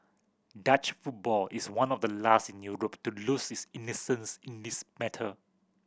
Dutch football is one of the last in Europe to lose its innocence in this matter